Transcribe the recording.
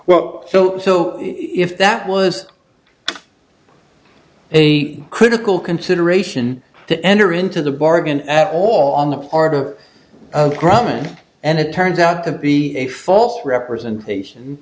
well so so if that was he critical consideration to enter into the bargain at all on the part of common and it turns out to be a false representation